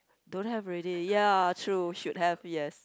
don't have already ya true should have yes